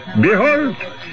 Behold